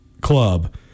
club